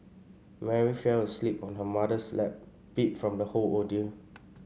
Mary fell asleep on her mother's lap beat from the whole ordeal